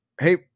Hey